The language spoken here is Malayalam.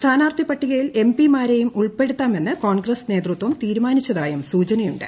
സ്ഥാനാർത്ഥി പട്ടികയിൽ എം പിമാരെയും ഉൾപ്പെടുത്താം എന്ന് കോൺഗ്രസ് നേതൃത്വം തീരുമാനിച്ചതായും സൂചനയുണ്ട്